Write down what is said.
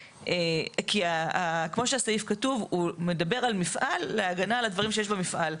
כי כמו שהסעיף כתוב הוא מדבר על מפעל להגנה על הדברים שיש במפעל,